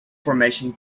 formation